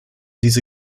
diese